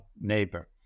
neighbor